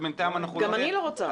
גם אני לא רוצה.